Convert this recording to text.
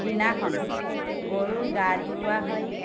দিনাখন গৰুৰ গা ধুওৱা হয়